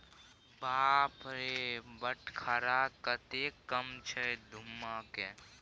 बाप रे बटखरा कतेक कम छै धुम्माके